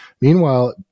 Meanwhile